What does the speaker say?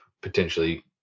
potentially